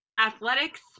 athletics